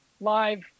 live